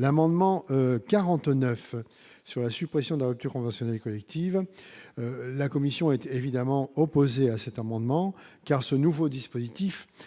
l'amendement 49 sur la suppression de rupture conventionnelle collective, la commission a été évidemment opposé à cet amendement car ce nouveau dispositif